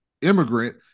immigrant